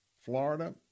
Florida